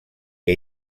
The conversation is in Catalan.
que